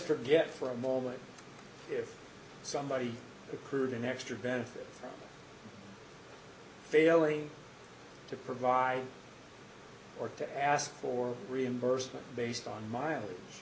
forget for a moment if somebody occurred an extra benefit for failing to provide or to ask for reimbursement based on mile